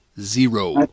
Zero